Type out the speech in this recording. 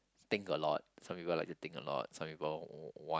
think a lot some people like to think a lot some people w~ want